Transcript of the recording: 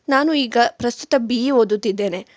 ನಾನು ಈಗ ಪ್ರಸ್ತುತ ಬಿ ಇ ಓದುತ್ತಿದ್ದೇನೆ